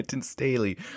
Staley